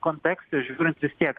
kontekste žiūrint vis tiek